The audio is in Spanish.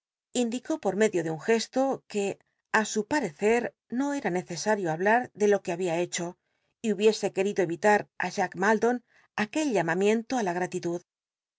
indicó por medio de un gesto que li su parecer no era necesario hablar de lo que babia hecho y hubiese querido eyitar á jack maldon aquel llamamiento á la atitud